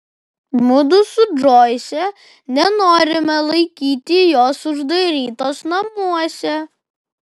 mudu su džoise nenorime laikyti jos uždarytos namuose